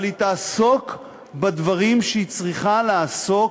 אבל הן יעסקו בדברים שבהם הן צריכות לעסוק,